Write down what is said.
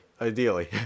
Ideally